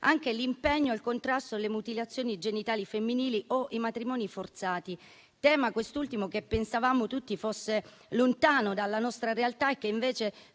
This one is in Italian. anche l'impegno nel contrasto alle mutilazioni genitali femminili o ai matrimoni forzati, tema, quest'ultimo, che pensavamo tutti fosse lontano dalla nostra realtà e sul quale,